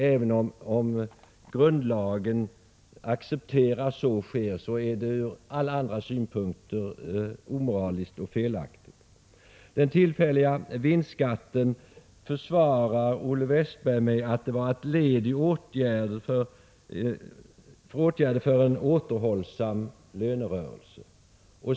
Även om grundlagen accepterar att sådant sker, är det från alla andra synpunkter omoraliskt och felaktigt. Den tillfälliga vinstskatten försvarar Olle Westberg med att det var ett led i åtgärderna för att det skulle bli en återhållsam lönerörelse.